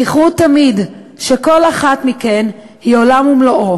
זכרו תמיד שכל אחת מכן היא עולם ומלואו